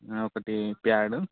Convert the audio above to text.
ఒకటి ప్యాడు